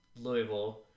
Louisville